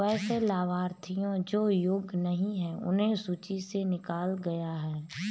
वैसे लाभार्थियों जो योग्य नहीं हैं उन्हें सूची से निकला गया है